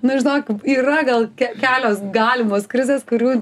nu žinok yra gal ke kelios galimos krizės kurių